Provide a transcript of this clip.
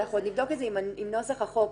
אנחנו עוד נבדוק את זה עם נוסח החוק,